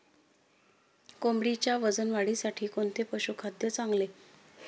कोंबडीच्या वजन वाढीसाठी कोणते पशुखाद्य चांगले?